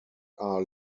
are